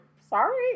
Sorry